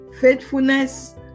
faithfulness